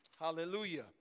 Hallelujah